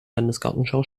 landesgartenschau